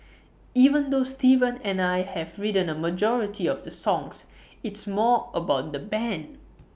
even though Steven and I have written A majority of the songs it's more about the Band